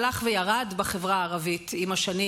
הלך וירד בחברה הערבית עם השנים,